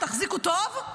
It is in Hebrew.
תחזיקו טוב,